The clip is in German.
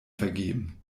vergeben